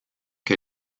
que